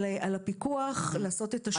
על הפיקוח לעשות את השינויים.